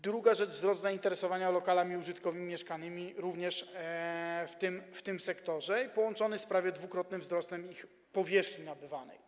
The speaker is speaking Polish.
Druga rzecz to wzrost zainteresowania lokalami użytkowymi i mieszkalnymi w tym sektorze połączony z prawie dwukrotnym wzrostem ich powierzchni nabywanej.